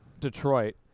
detroit